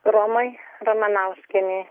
romai ramanauskienei